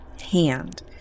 hand